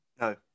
No